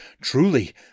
Truly